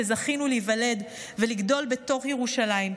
שזכינו להיוולד ולגדול בתוך ירושלים,